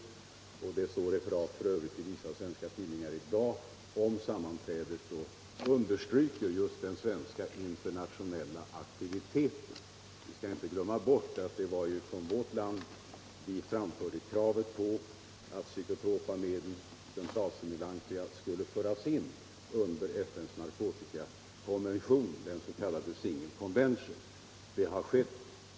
Det finns f. ö. i dag i vissa svenska tidningar referat från sammanträdet som understryker den svenska internationella aktiviteten. Man skall inte heller glömma bort att det var från vårt land som kravet framfördes att psykotropa medel, centralstimulantia, skulle föras in under FN:s narkotikakonvention, den s.k. Single Convention. Det har skett.